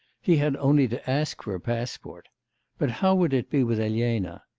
he had only to ask for a passport but how would it be with elena?